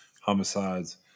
homicides